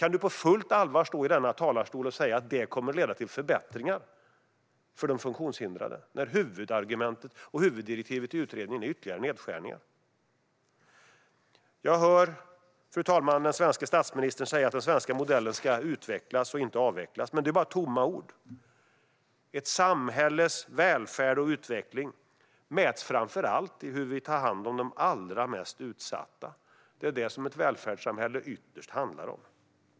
Kan du stå i denna talarstol och på fullt allvar säga att det kommer att leda till förbättringar för de funktionshindrade när huvudargumentet och huvuddirektivet i utredningen är ytterligare nedskärningar? Fru talman! Jag hör den svenske statsministern säga att den svenska modellen ska utvecklas och inte avvecklas. Men det är bara tomma ord. Ett samhälles välfärd och utveckling mäts framför allt i hur vi tar hand om de allra mest utsatta. Det är det som ett välfärdssamhälle ytterst handlar om.